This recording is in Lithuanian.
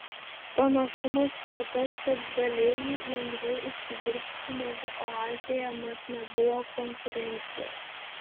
pranašumas buvo toks kad galėjai lengviau užsidirbti negu oazėje mat nebuvo konkurencijos